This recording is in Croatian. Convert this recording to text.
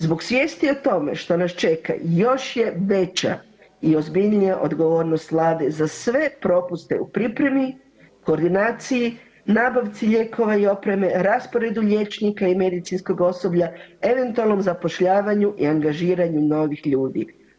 Zbog svijesti o tome što nas čeka još je veća i ozbiljnija odgovornost Vlade za sve propuste u pripremi, koordinaciji, nabavci lijekova i opreme, rasporedu liječnika i medicinskog osoblja, eventualnom zapošljavanju i angažiranju novih ljudi.